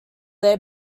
their